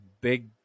big